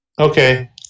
Okay